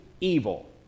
evil